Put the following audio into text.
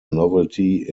novelty